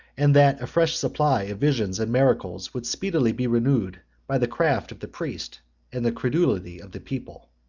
and that a fresh supply of visions and miracles would speedily be renewed by the craft of the priests and the credulity of the people.